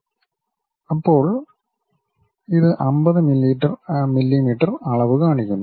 Tഅപ്പോൾ ഇത് 50 മില്ലീമീറ്റർ അളവ് കാണിക്കുന്നു